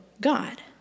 God